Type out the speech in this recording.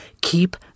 Keep